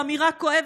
זו אמירה כואבת,